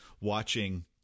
watching